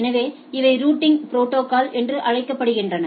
எனவே இவை routing protocols என்று அழைக்கப்படுகின்றன